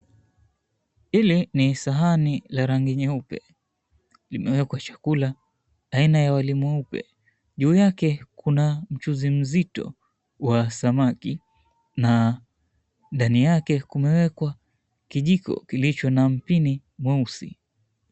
Hili ni sahani la rangi nyeupe. Limewekwa chakula aina ya wali mweupe. Juu yake kuna mchuzi mzito wa samaki na ndani yake kumewekwa kijiko kilicho na mpini mweusi.